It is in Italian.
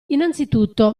innanzitutto